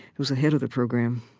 who was the head of the program,